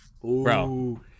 bro